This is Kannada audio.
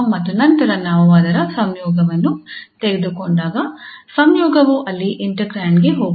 ಮತ್ತು ನಂತರ ನಾವು ಅದರ ಸಂಯೋಗವನ್ನು ತೆಗೆದುಕೊಂಡಾಗ ಸಂಯೋಗವು ಅಲ್ಲಿ ಇಂಟೆಗ್ರ್ಯಾಂಡ್ ಗೆ ಹೋಗುತ್ತದೆ